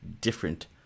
different